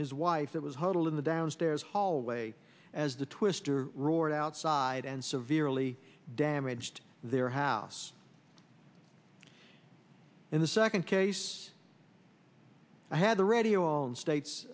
his wife that was huddled in the downstairs hallway as the twister roared outside and severely damaged their house in the second case i had the radio on states